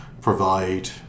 provide